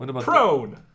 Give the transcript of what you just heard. Prone